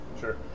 sure